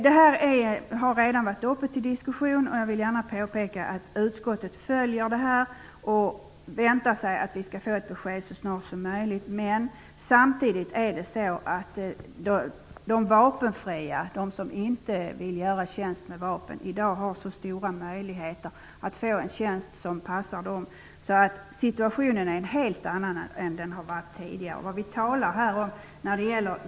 Detta har redan varit uppe till diskussion. Jag vill gärna påpeka att utskottet följer frågan. Vi förväntar oss att vi skall få ett besked så snart som möjligt. Samtidigt är det så att de vapenfria - de som inte vill göra tjänst med vapen - i dag har så stora möjligheter att få en tjänst som passar dem. Situationen är därför en helt annan än vad den tidigare har varit.